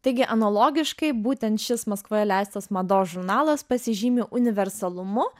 taigi analogiškai būtent šis maskvoje leistas mados žurnalas pasižymi universalumu